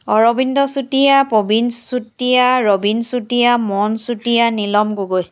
Arvind Chutia Prabin Chutia Rabin Chutia Mon Chutia Nilam Gogoi